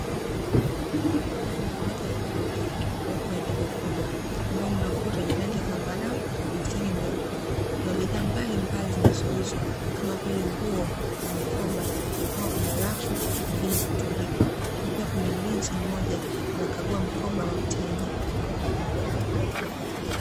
Ndani ya moja ya maduka yaliyopo kwenye jengo kubwa ambao kuna ukuta wenye rangi ya zambarau na mistari meupe. Kuna bidhaa mbalimbali zinazouzwa, kama vile nguo na mikoba, vimepangwa kwenye rafu, nyingine kutundikwa. Na pia kuna mlinzi mmoja anakagua mkoba wa mteja